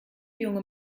junge